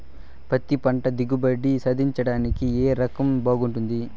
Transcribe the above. పత్తి పంట దిగుబడి సాధించడానికి ఏ రకం బాగుంటుంది?